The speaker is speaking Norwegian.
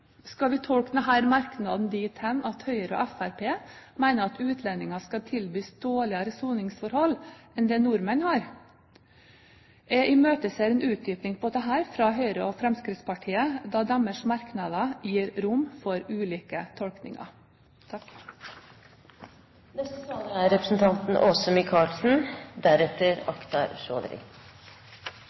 Skal vi tolke denne merknaden dit hen at Høyre og Fremskrittspartiet mener at utlendinger skal tilbys dårligere soningsforhold enn det nordmenn har? Jeg imøteser en utdypning på dette fra Høyre og Fremskrittspartiet, da deres merknader gir rom for ulike tolkninger.